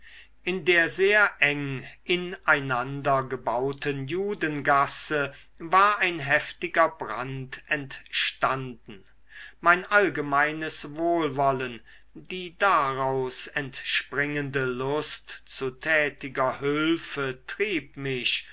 in der sehr eng in einander gebauten judengasse war ein heftiger brand entstanden mein allgemeines wohlwollen die daraus entspringende lust zu tätiger hülfe trieb mich